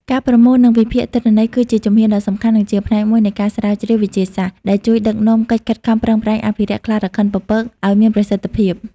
ការប្រមូល និងវិភាគទិន្នន័យគឺជាជំហានដ៏សំខាន់ និងជាផ្នែកមួយនៃការស្រាវជ្រាវវិទ្យាសាស្ត្រ ដែលជួយដឹកនាំកិច្ចខិតខំប្រឹងប្រែងអភិរក្សខ្លារខិនពពក ឲ្យមានប្រសិទ្ធភាព។